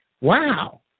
Wow